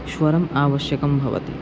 स्वरम् आवश्यकं भवति